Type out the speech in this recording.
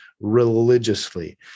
religiously